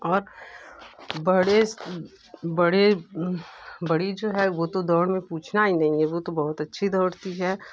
और बड़े बड़े बड़ी जो है वो तो दौड़ में पूछना ही नहीं है वो तो बहुत अच्छी दौड़ती है